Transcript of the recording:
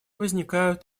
возникают